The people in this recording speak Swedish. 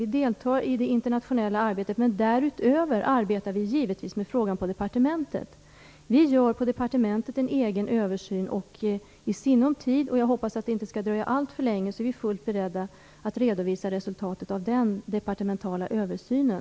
Vi deltar i det internationella arbetet, men därutöver arbetar vi givetvis med frågan på departementet. Vi gör på departementet en egen översyn. Vi är fullt beredda att i sinom tid - jag hoppas att det inte skall dröja alltför länge - redovisa resultatet av den departementala översynen.